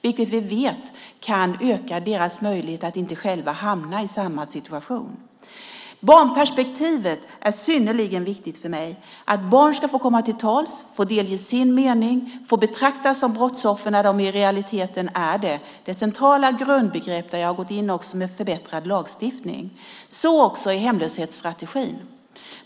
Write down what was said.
Vi vet att det kan öka deras möjlighet att inte hamna i samma situation. Barnperspektivet är synnerligen viktigt för mig. Det är viktigt att barn får komma till tals, får delge sin mening, får betraktas som brottsoffer när de i realiteten är det. Det är centrala grundbegrepp där jag också gått in med förbättrad lagstiftning. Detta gäller även hemlöshetsstrategin.